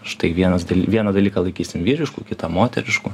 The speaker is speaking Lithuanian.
štai vienas daly vieną dalyką laikysim vyrišku kitą moterišku